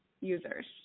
users